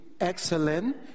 excellent